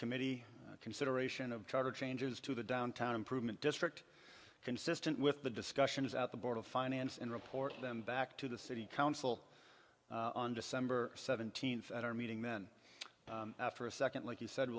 committee consideration of charter changes to the downtown improvement district consistent with the discussions out the board of finance and report them back to the city council on december seventeenth at our meeting men for a second like you said